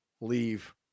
leave